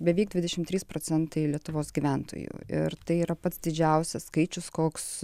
beveik dvidešim trys procentai lietuvos gyventojų ir tai yra pats didžiausias skaičius koks